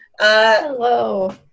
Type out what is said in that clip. Hello